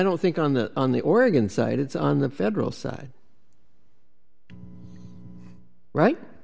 don't think on the on the oregon side it's on the federal side right